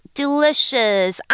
delicious